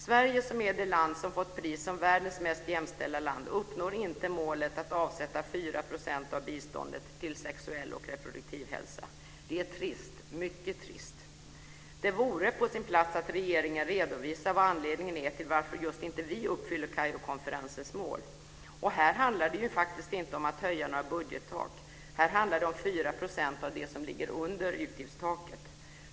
Sverige, som är det land som fått pris som världens mest jämställda land, uppnår inte målet att avsätta 4 % av biståndet till sexuell och reproduktiv hälsa. Det är trist, mycket trist. Det vore på sin plats att regeringen redovisade vad anledningen är till att inte just vi uppfyller Kairokonferensens mål. Och här handlar det faktiskt inte om att höja några budgettak. Här handlar det om 4 % av det som ligger under utgiftstaket.